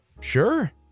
Sure